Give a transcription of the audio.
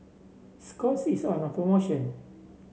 Scott's is on promotion